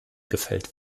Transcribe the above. gefällt